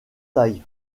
taille